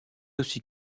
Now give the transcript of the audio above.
aussi